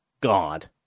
God